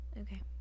Okay